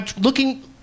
looking